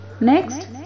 next